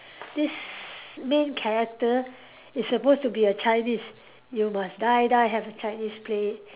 this main character is supposed to be a Chinese you must die die have a Chinese play